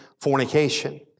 fornication